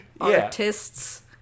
artists